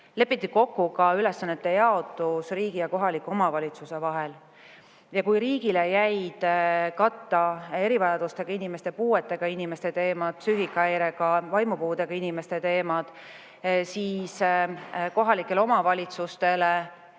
lepiti kokku ka ülesannete jaotus riigi ja kohaliku omavalitsuse vahel. Ja kui riigile jäid katta erivajadustega inimeste, puuetega inimeste teemad, psüühikahäirega, vaimupuudega inimeste teemad, siis kohalikele omavalitsustele